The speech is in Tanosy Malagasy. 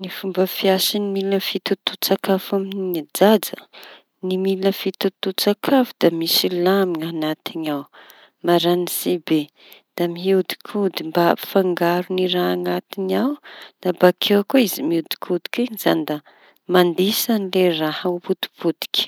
Ny fomba fiasan'ny milina fitotoan-tsakafo amin'ny ajaja. Ny miliña fitotoan-tsakafo da misy lamy ny añatiny ao marañitsy be da mihodikodina mba ampifangaro ny raha añatiny ao. Da bakeo koa izy mihodikodiky iñy zañy da mandisa le raha miodikodiky.